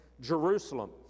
Jerusalem